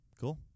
Cool